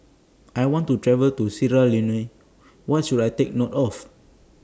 I want to travel to Sierra Leone What should I Take note of